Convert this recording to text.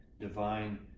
divine